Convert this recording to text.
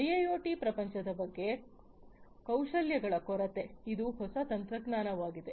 IIoT ಪ್ರಪಂಚದ ಬಗ್ಗೆ ಕೌಶಲ್ಯಗಳ ಕೊರತೆ ಇದು ಹೊಸ ತಂತ್ರಜ್ಞಾನವಾಗಿದೆ